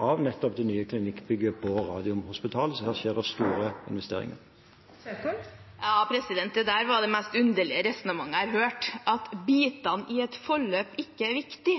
av nettopp det nye klinikkbygget på Radiumhospitalet, som krever store investeringer. Det blir oppfølgingsspørsmål – først Ingvild Kjerkol. Det er det underligste resonnementet jeg har hørt. At bitene i et forløp ikke er viktige,